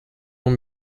long